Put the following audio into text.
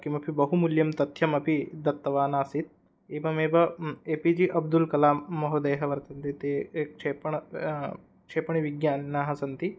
किमपि बहुमूल्यं तथ्यमपि दत्तवान् आसीत् एवमेव A P J Abdul Kalam महोदयाः वर्तन्ते ते क्षेपण क्षिपणिविज्ञानिनः सन्ति